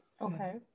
okay